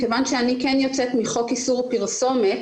מכיוון שאני כן יוצאת מחוק איסור פרסומת,